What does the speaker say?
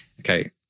Okay